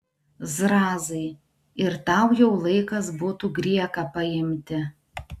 zrazai ir tau jau laikas būtų grieką paimti